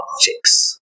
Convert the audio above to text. objects